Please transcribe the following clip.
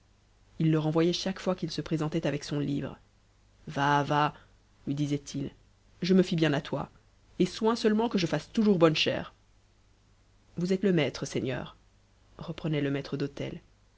il le renvoyait chaque fois qu'il se présentait avec son livre va va lui disait-il je me fie bien à toi aie soin seulement que je sse toujours bonne chère vous êtes le maître seigneur reprenait le maître d'hôte